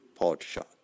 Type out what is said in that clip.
Podshot